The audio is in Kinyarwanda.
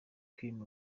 kim